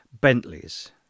Bentleys